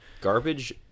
garbage